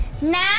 Now